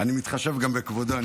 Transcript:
אני מתחשב גם בכבודו.